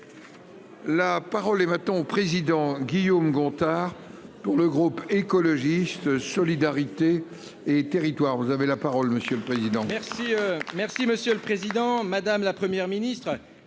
La parole est maintenant au président Guillaume Gontard pour le groupe écologiste solidarité et territoires, vous avez la parole monsieur le président. Merci, merci Monsieur le Président Madame la première ministre